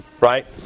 Right